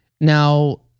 now